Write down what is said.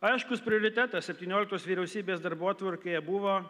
aiškus prioritetas septynioliktos vyriausybės darbotvarkėje buvo